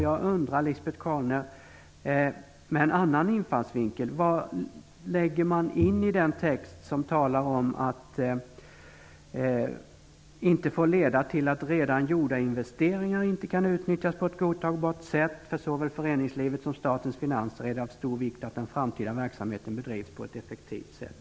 Jag vill fråga Lisbet Calner, utifrån en annan infallsvinkel, vad man lägger in i den text som säger att det här inte får leda till att redan gjorda investeringar inte kan utnyttjas på ett godtagbart sätt och att det för såväl föreningslivet som statens finanser är av stor vikt att den framtida verksamheten bedrivs på ett effektivt sätt.